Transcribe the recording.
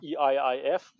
EIIF